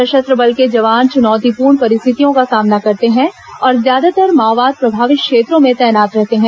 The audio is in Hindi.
सशस्त्र बल के जवान चुनौतीपूर्ण परिस्थितियों का सामना करते हैं और ज्यादातर माओवाद प्रभावित क्षेत्रों में तैनात रहते हैं